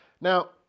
Now